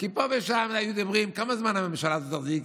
כי פה ושם היו דיבורים כמה זמן הממשלה הזאת תחזיק,